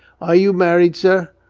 are you married, sir?